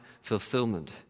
fulfillment